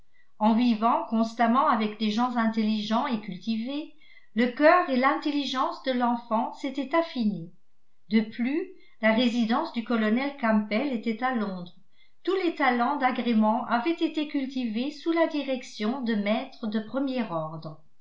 en vivant constamment avec des gens intelligents et cultivés le cœur et l'intelligence de l'enfant s'étaient affinés de plus la résidence du colonel campbell étant à londres tous les talents d'agrément avaient été cultivés sous la direction de maîtres de premier ordre